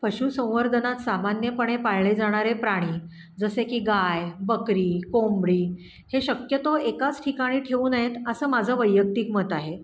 पशु संवर्धनात सामान्यपणे पाळले जाणारे प्राणी जसे की गाय बकरी कोंबडी हे शक्यतो एकाच ठिकाणी ठेवू नयेत असं माझं वैयक्तिक मत आहे